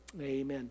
Amen